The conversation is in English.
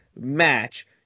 match